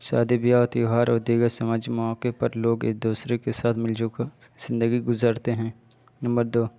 شادی بیاہ اور تہوار اور دیگر سماجی مواقع پر لوگ ایک دوسرے کے ساتھ مل جل کر زندگی گزارتے ہیں نمبر دو